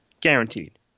guaranteed